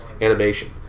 animation